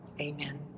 Amen